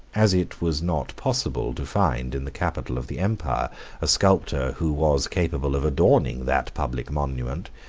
as it was not possible to find in the capital of the empire a sculptor who was capable of adorning that public monument,